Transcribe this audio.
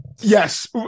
Yes